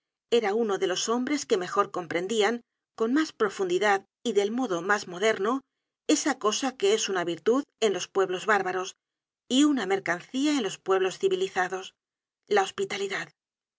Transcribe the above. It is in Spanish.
era uno de los hombres que mejor comprendian con mas profundidad y del modo mas moderno esa cosa que es una virtud en los pueblos bárbaros y una mercancía en los pueblos civilzados la hospitalidad